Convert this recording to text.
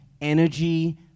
energy